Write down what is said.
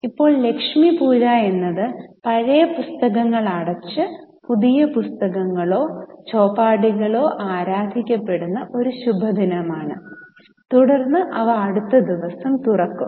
ഇപ്പോൾ ലക്ഷ്മി പൂജ എന്നത് പഴയ പുസ്തകങ്ങൾ അടച്ചു പുതിയ പുസ്തകങ്ങളോ ചോപദികളോ ആരാധിക്കപ്പെടുന്ന ഒരു ശുഭദിനമാണ് തുടർന്ന് അവ അടുത്ത ദിവസം തുറക്കും